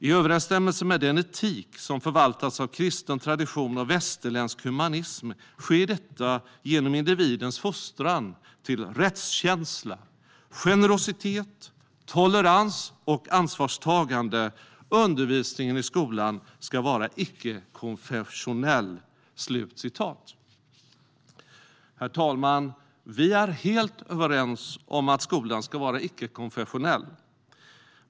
I överensstämmelse med den etik som förvaltats av kristen tradition och västerländsk humanism sker detta genom individens fostran till rättskänsla, generositet, tolerans och ansvarstagande. Undervisningen i skolan ska vara icke-konfessionell. Herr talman! Vi är helt överens om att skolan ska vara icke-konfessionell.